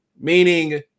meaning